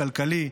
הכלכלי,